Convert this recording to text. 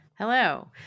Hello